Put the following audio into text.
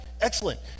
Excellent